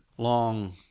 long